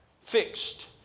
Fixed